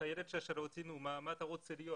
החיילת שאלה אתי מה אני רוצה להיות